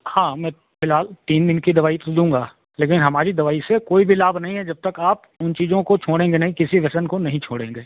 हाँ मैं फ़िलहाल तीन दिन की दवाई दूंगा लेकिन हमारी दवाई से कोई भी लाभ नहीं है जब तक आप इन चीजों को छोड़ेंगे नहीं किसी व्यसन को नहीं छोड़ेंगे